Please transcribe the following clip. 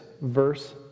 verse